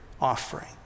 offering